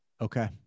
Okay